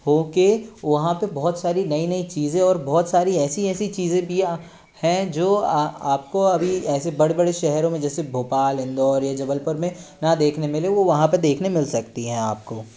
हो के वहाँ पे बहुत सारी नई नई चीज़ें और बहुत सारी ऐसी ऐसी चीज़ें भी है जो आपको अभी ऐसे बड़े बड़े शहरों में जैसे भोपाल या इंदौर या जबलपुर में ना देखने मिले वो वहाँ पे देखने मिल सकती हैं आपको